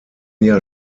jahr